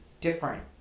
different